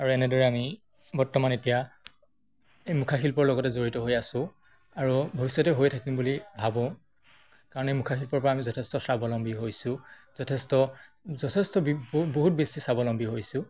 আৰু এনেদৰে আমি বৰ্তমান এতিয়া এই মুখা শিল্পৰ লগতে জড়িত হৈ আছোঁ আৰু ভৱিষ্যতেও হৈ থাকিম বুলি ভাবোঁ কাৰণ এই মুখাশিল্পৰপৰা আমি যথেষ্ট স্বাৱলম্বী হৈছোঁ যথেষ্ট যথেষ্ট বহুত বেছি স্বাৱলম্বী হৈছোঁ